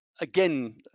Again